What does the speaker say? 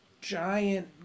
giant